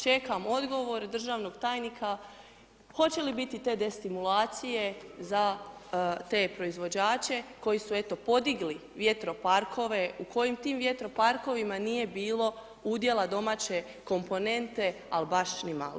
Čekam odgovor državnog tajnika hoće li biti te destimulacije za te proizvođače koji su eto podigli vjetroparkove, u kojim ti vjetroparkovima nije bilo udjela domaće komponente al baš ni malo.